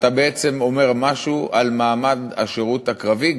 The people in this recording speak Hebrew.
אתה בעצם אומר משהו על מעמד השירות הקרבי,